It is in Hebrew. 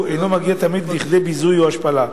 אינו מגיע תמיד לכדי ביזוי או השפלה,